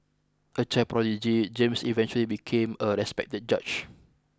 a child prodigy James eventually became a respected judge